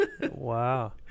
wow